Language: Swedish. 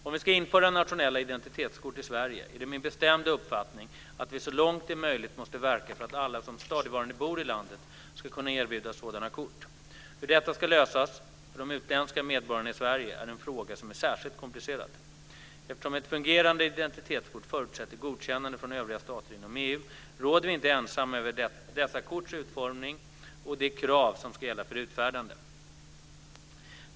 Om vi ska införa nationella identitetskort i Sverige är det min bestämda uppfattning att vi så långt det är möjligt måste verka för att alla som stadigvarande bor i landet ska kunna erbjudas sådana kort. Hur detta ska lösas för de utländska medborgarna i Sverige är en fråga som är särskilt komplicerad. Eftersom ett fungerande identitetskort förutsätter godkännande från övriga stater inom EU, råder vi inte ensamma över dessa korts utformning och de krav som ska gälla för utfärdande.